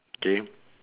okay